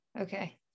Okay